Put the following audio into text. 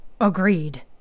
Agreed